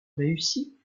réussit